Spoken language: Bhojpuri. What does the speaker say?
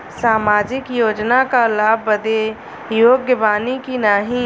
सामाजिक योजना क लाभ बदे योग्य बानी की नाही?